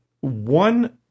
one